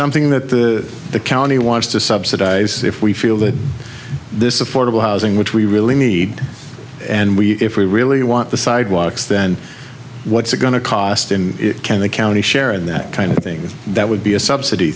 something that the county wants to subsidize if we feel that this affordable housing which we really need and we if we really want the sidewalks then what's it going to cost and it can the county share in that kind of thing that would be a subsidy